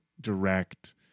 direct